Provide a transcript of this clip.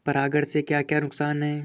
परागण से क्या क्या नुकसान हैं?